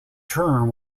term